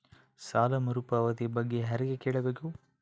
ಸಾಲ ಮರುಪಾವತಿ ಬಗ್ಗೆ ಯಾರಿಗೆ ಕೇಳಬೇಕು?